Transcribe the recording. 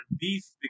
beef